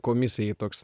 komisijai toks